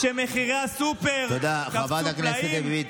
של מחירי הסופר שקפצו פלאים?